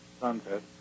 sunset